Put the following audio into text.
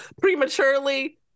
prematurely